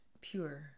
pure